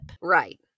Right